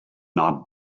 not